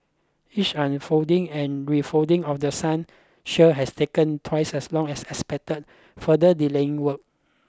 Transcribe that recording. each unfolding and refolding of the sun shield has taken twice as long as expected further delaying work